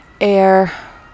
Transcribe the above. air